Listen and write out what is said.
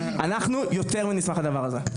אנחנו יותר מנשמח לדבר הזה.